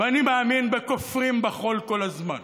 ואני מאמין בכופרים בחול כל הזמן,